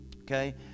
Okay